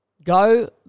go